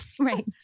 right